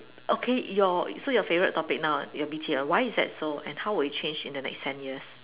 okay your so your favorite topic now ah your B_T_O why is that so and how will it change in the next ten years